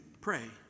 pray